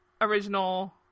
original